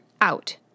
out